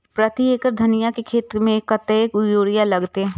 प्रति एकड़ धनिया के खेत में कतेक यूरिया लगते?